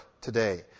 today